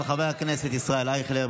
של חבר הכנסת ישראל אייכלר.